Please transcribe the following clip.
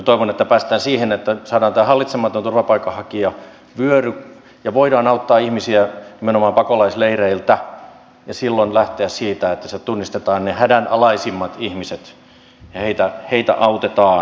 toivon että päästään siihen että saadaan tämä hallitsematon turvapaikanhakijavyöry loppumaan ja voidaan auttaa ihmisiä nimenomaan pakolaisleireiltä ja että voidaan silloin lähteä siitä että sieltä tunnistetaan ne hädänalaisimmat ihmiset ja heitä autetaan